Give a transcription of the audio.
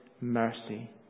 mercy